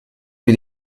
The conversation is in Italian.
più